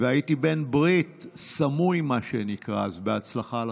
הייתי בן ברית סמוי, מה שנקרא, אז בהצלחה לכם.